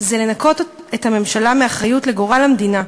זה לנקות את הממשלה מאחריות לגורל המדינה,